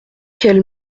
qu’elles